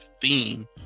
theme